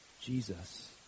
Jesus